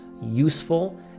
useful